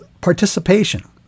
Participation